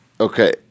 Okay